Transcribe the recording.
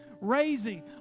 raising